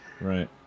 right